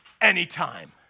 anytime